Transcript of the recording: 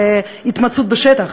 של התמצאות בשטח,